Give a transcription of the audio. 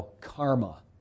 karma